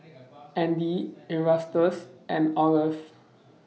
Andy Erastus and Olive